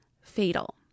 fatal